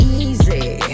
easy